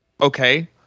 Okay